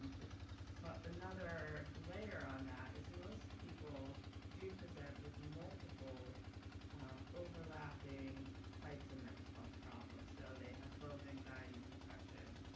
but another but another layer on that is most people do present with multiple overlapping types of mental health problems so they have both anxiety and depression.